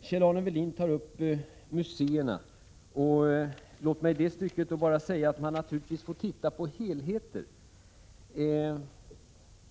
Kjell-Arne Welin nämner museerna. Låt mig då säga att man naturligtvis får titta på helheten.